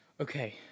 Okay